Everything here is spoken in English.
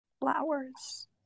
Flowers